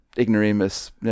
ignoramus